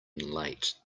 late